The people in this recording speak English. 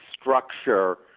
structure